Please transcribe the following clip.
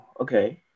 okay